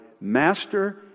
Master